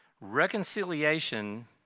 reconciliation